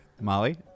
Molly